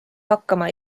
hakkama